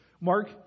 Mark